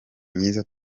myiza